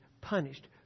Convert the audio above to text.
punished